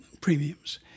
premiums